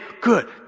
Good